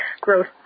growth